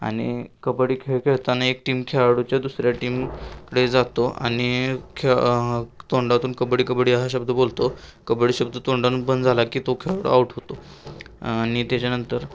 आणि कबड्डी खेळ खेळताना एक टीम खेळाडूच्या दुसऱ्या टीम प्ले जातो आणि खेळ तोंडातून कबड्डी कबड्डी हा शब्द बोलतो कबड्डी शब्द तोंडान बंद झाला की तो खेळाडू आऊट होतो आणि त्याच्यानंतर